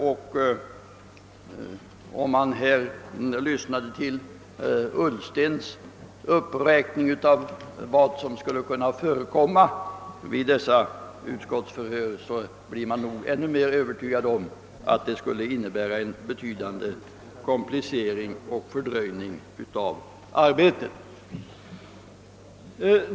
Efter att ha lyssnat till herr Ullstens uppräkning av vad som skulle kunna förekomma vid dessa utskottsförhör blir man ännu mer Övertygad om att den föreslagna offentligheten skulle innebära en betydande komplicering och fördröjning av arbetet.